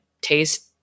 taste